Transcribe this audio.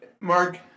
Mark